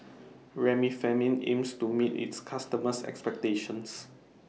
Remifemin aims to meet its customers' expectations